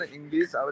English